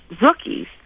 rookies